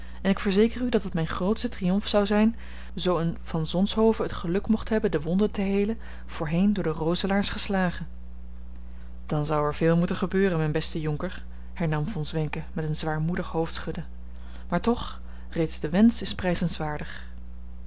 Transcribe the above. en ik verzeker u dat het mijn grootste triomf zoude zijn zoo een van zonshoven het geluk mocht hebben de wonden te heelen voorheen door de roselaers geslagen dan zou er veel moeten gebeuren mijn beste jonker hernam von zwenken met een zwaarmoedig hoofdschudden maar toch reeds de wensch is